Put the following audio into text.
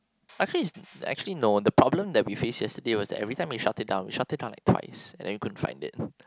I feel is actually no the problem that we face yesterday was that every time we shut it down we shut it down like twice and then we couldn't find it